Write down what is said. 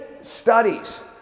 studies